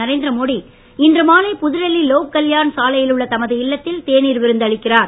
நரேந்திரமோடி இன்று மாலை புதுடில்லி லோக் கல்யாண் சாலையில் உள்ள தமது இல்லத்தில் தேனீர் விருந்து அளிக்கிறார்